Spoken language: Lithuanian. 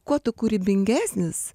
kuo tu kūrybingesnis